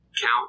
count